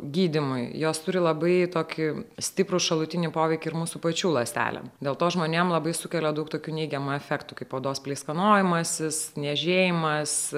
gydymui jos turi labai tokį stiprų šalutinį poveikį ir mūsų pačių ląstelėm dėl to žmonėms labai sukelia daug tokių neigiamų efektų kaip odos pleiskanojimasis niežėjimas